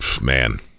man